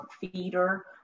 feeder